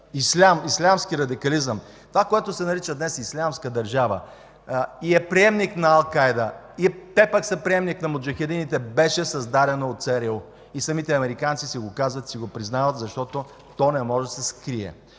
ислям, ислямски радикализъм, това, което се нарича днес „Ислямска държава”, и е приемник на Ал Кайда, те пък са приемник на муджахидините, беше създадено от ЦРУ и самите американци си го казват и признават, защото то не може да се скрие.